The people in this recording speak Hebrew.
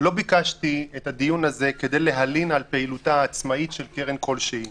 לא ביקשתי את הדיון הזה כדי להלין על פעילותה העצמאית של קרן כלשהי.